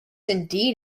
indeed